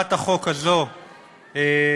הצעת החוק הזאת מוצמדת,